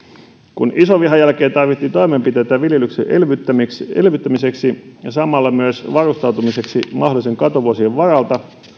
kun isonvihan jälkeen tarvittiin toimenpiteitä viljelyksen elvyttämiseksi elvyttämiseksi ja samalla myös varustautumiseksi mahdollisten katovuosien varalta